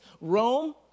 Rome